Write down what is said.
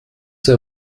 der